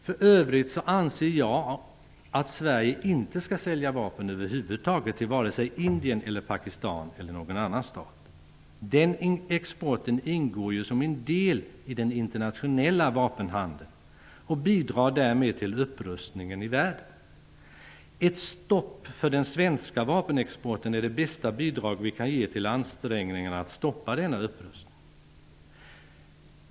För övrigt anser jag att Sverige inte skall sälja vapen över huvud taget till vare sig Indien eller Pakistan eller någon annan stat. Den exporten ingår ju som en del i den internationella vapenhandeln och bidrar därmed till upprustningen i världen. Ett stopp för den svenska vapenexporten är det bästa bidrag vi kan ge till ansträngningarna att stoppa denna upprustning.